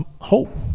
hope